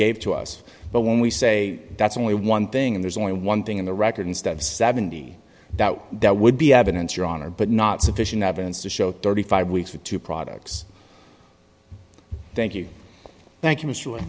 gave to us but when we say that's only one thing and there's only one thing in the record instead of seventy that that would be evidence your honor but not sufficient evidence to show thirty five weeks for two products thank you thank you m